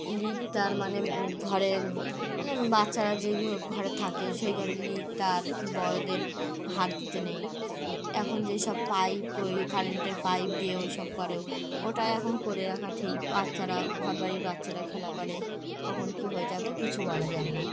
leak তার মানে ঘরে মানে বাচ্চারা যেই ঘরে থাকে সেই ঘরে লিক তার কি বড়দের হাত দিতে নেই ওই এখন যেই সব পাইপ ওই কারেন্টের পাইপ দিয়ে ওই সব করে ওটা এখন করে রাখা ঠিক বাচ্চারা ঘরবাড়ি বাচ্চারা খেলা করে কখন কী হয়ে যাবে কিছু বলা যায় না